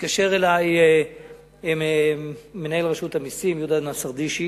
התקשר אלי מנהל רשות המסים, יהודה נסרדישי,